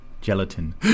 Gelatin